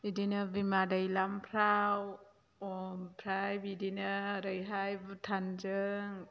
बिदिनो बिमा दैलामफ्राव ओमफ्राय बिदिनो ओरैहाय भुटानजों